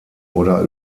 oder